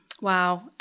Wow